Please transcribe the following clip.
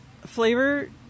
flavor